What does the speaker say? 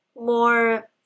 more